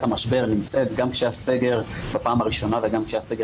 המשבר נמצאת גם כשהסגר היה בפעם הראשונה וגם בפעם